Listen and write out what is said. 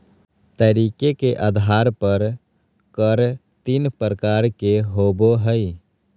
तरीके के आधार पर कर तीन प्रकार के होबो हइ